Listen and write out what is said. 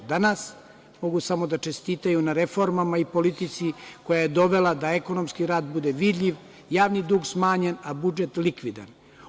Danas mogu samo da čestitaju na reformama i politici koja je dovela do toga da ekonomski rast bude vidljiv, javni dug smanjen, a budžet likvidan.